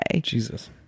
jesus